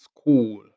school